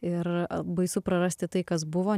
ir baisu prarasti tai kas buvo